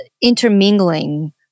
intermingling